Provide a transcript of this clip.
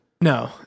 No